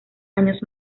años